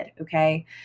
Okay